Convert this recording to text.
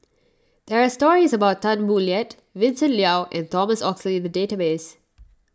there are stories about Tan Boo Liat Vincent Leow and Thomas Oxley in the database